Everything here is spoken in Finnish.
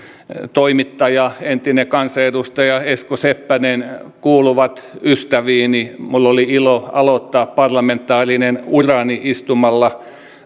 toimittaja entinen kansanedustaja esko seppänen kuuluvat ystäviini minulla oli ilo aloittaa parlamentaarinen urani istumalla